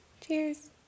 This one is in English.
Cheers